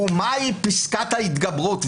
ומהי פסקת ההתגברות?